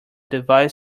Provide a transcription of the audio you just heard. device